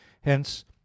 hence